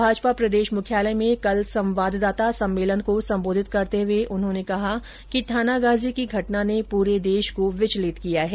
भाजपा प्रदेश मुख्यालय में कल संवाददाता सम्मेलन को संबोधित करते हुए उन्होंने कहा कि थानागाजी की घटना ने पूरे देश को विचलित किया है